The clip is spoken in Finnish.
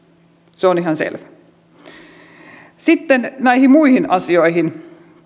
se on ihan selvä sitten näihin muihin asioihin